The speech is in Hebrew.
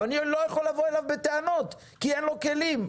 אני לא יכול לבוא אליו בטענות כי אין לו כלים,